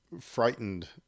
frightened